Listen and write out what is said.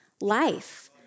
life